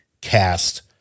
cast